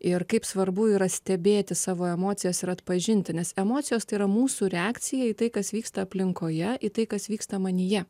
ir kaip svarbu yra stebėti savo emocijas ir atpažinti nes emocijos tai yra mūsų reakcija į tai kas vyksta aplinkoje į tai kas vyksta manyje